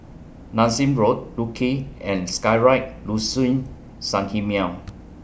Nassim Road Luge and Skyride Liuxun Sanhemiao